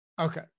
Okay